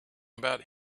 about